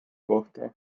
kohta